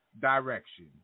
direction